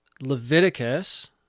Leviticus